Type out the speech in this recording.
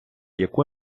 яку